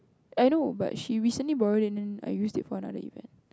I know but she recently borrowed it then I used it for another event